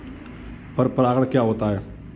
पर परागण क्या होता है?